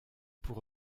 pour